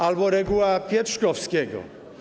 Albo regułę Pietrzkowskiego?